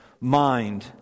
mind